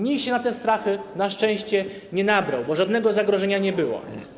Nikt się na te strachy na szczęście nie nabrał, bo żadnego zagrożenia nie było.